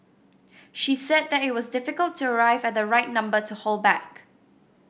she said that it was difficult to arrive at the right number to hold back